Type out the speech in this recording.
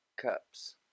cups